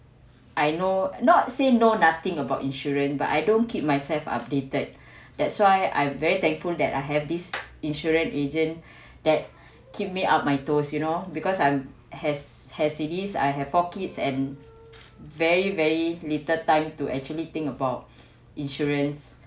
I know not say know nothing about insurance but I don't keep myself updated that's why I'm very thankful that I have this insurance agent that keep me up my toes you know because I'm has I have four kids and very very little time to actually think about insurances